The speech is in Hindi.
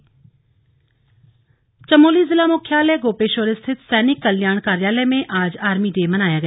आर्मी डे चमोली चमोली जिला मुख्यालय गोपेश्वर स्थित सैनिक कल्याण कार्यालय में आज आर्मी डे मनाया गया